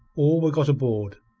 all were got aboard,